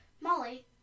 Molly